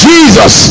Jesus